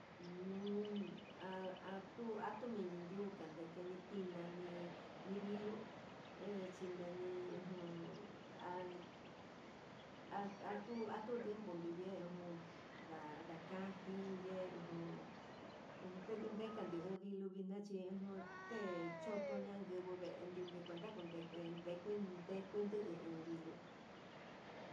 Nuun atu atu mi kandekene tina ni ni viluu, he chimeni ujun há atu atu tiempo kundu yen jun, ndakajiye jun nuu tendio ndekan dio ndilu vinchi jun, uun té choto ña'a nguivin vee tiunde kuenta ndeken ndukuin ndekun nduu ha viluu.